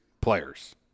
players